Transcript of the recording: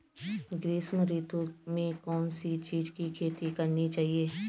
ग्रीष्म ऋतु में किस चीज़ की खेती करनी चाहिये?